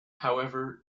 however